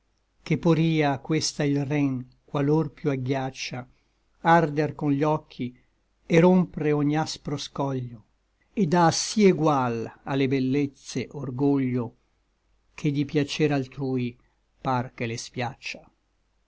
ché poria questa il ren qualor piú agghiaccia arder con gli occhi et rompre ogni aspro scoglio et à sí egual a le bellezze orgoglio che di piacer altrui par che le spiaccia